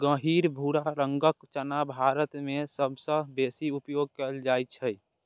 गहींर भूरा रंगक चना भारत मे सबसं बेसी उपयोग कैल जाइ छै